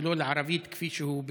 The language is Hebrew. ולא לערבית כפי שביקשו.